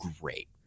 great